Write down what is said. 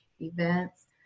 events